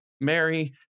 Mary